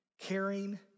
caring